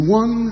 one